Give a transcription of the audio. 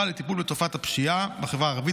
לטיפול בתופעת הפשיעה בחברה הערבית,